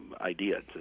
idea